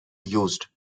used